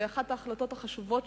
ואחת ההחלטות החשובות,